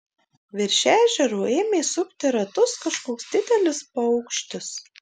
virš ežero ėmė sukti ratus kažkoks didelis paukštis